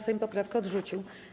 Sejm poprawkę odrzucił.